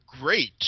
great